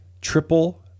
triple